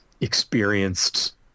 experienced